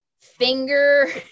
finger